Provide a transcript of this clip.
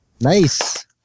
Nice